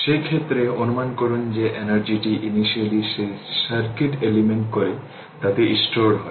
সেই ক্ষেত্রে অনুমান করুন যে এনার্জিটি ইনিশিয়ালী সেই সার্কিট এলিমেন্টে করে তাতে স্টোর হয়